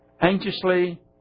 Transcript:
anxiously